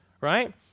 right